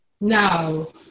No